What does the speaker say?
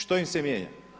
Što im se mijenja?